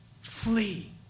flee